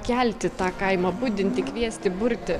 kelti tą kaimą budinti kviesti burti